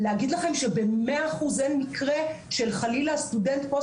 להגיד לכם שב-100% אין מקרה של חלילה סטודנט פה,